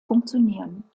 funktionieren